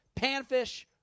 panfish